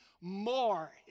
more